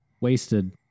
Wasted